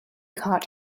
caught